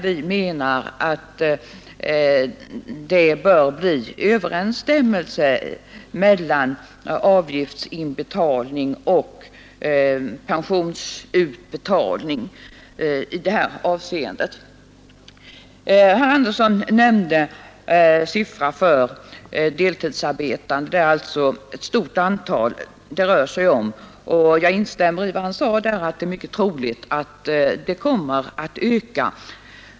Vi anser att det bör bli överensstämmelse mellan avgiftsinbetalning och pensionsutbetalning i detta avseende. Herr Andersson i Nybro nämnde att det här rör sig om ett stort antal deltidsarbetande. Jag instämmer i vad han sade, nämligen att det är mycket troligt att detta antal kommer att öka.